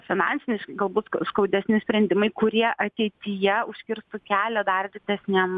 finansinis galbūt skaudesni sprendimai kurie ateityje užkirstų kelią dar didesnėm